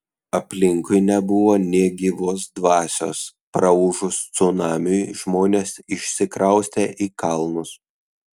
aplinkui nebuvo nė gyvos dvasios praūžus cunamiui žmonės išsikraustė į kalnus